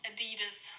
Adidas